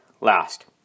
last